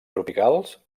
tropicals